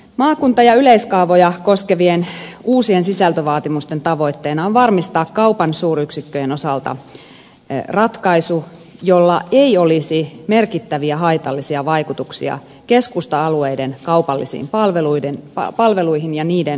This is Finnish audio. maakunta ja yleiskaavoja koskevien uusien sisältövaatimusten tavoitteena on varmistaa kaupan suuryksikköjen osalta ratkaisu jolla ei olisi merkittäviä haitallisia vaikutuksia keskusta alueiden kaupallisiin palveluihin ja niiden kehittämiseen